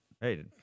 Hey